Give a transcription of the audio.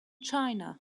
china